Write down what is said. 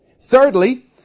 Thirdly